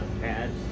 pads